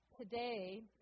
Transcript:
today